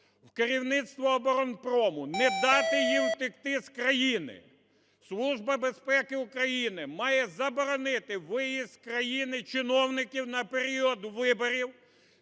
в керівництва "Оборонпрому". Не дати їм втекти з країни. Служба безпеки України має заборонити виїзд з країни чиновників на період виборів